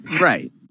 Right